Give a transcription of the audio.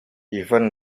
even